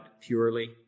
purely